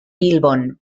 bilbon